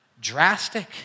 drastic